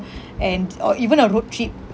and or even a road trip